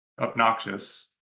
obnoxious